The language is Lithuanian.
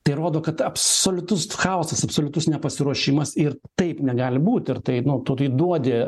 tai rodo kad absoliutus chaosas absoliutus nepasiruošimas ir taip negali būt ir tai nu turi duodi